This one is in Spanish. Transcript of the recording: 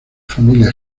familia